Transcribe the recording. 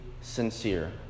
sincere